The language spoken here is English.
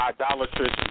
idolatrous